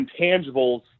intangibles